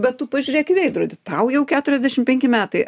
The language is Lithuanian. bet tu pažiūrėk į veidrodį tau jau keturiasdešim penki metai